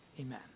Amen